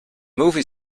movie